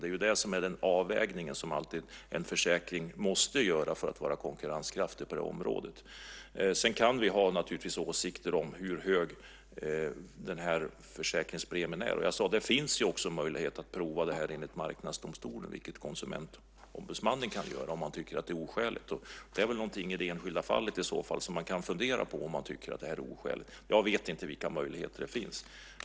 Det är den avvägning som ett försäkringsbolag alltid måste göra för att vara konkurrenskraftigt på området. Sedan kan vi naturligtvis ha åsikter om hur hög försäkringspremien är. Det finns också en möjlighet att prova det i Marknadsdomstolen, vilket Konsumentombudsmannen kan göra om man tycker att det är oskäligt. Det är väl någonting som man kan fundera på, om man i det enskilda fallet tycker att det här är oskäligt. Jag vet inte vilka möjligheter som finns.